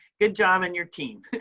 good job and your team.